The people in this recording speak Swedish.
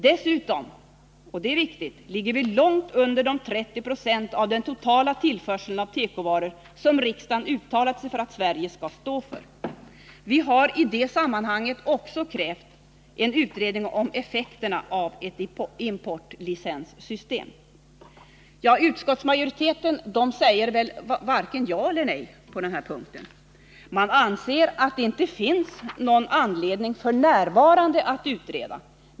Dessutom — och det är viktigt — ligger vi långt under de 30 96 av den totala tillförseln av tekovaror som riksdagen uttalat sig för att Sverige skall stå för. Vi har i det sammanhanget också krävt en utredning om effekterna av ett importlicenssystem. Utskottsmajoriteten säger väl varken ja och nej på den här punkten. Man anser att det inte finns någon anledning f.n. att utreda.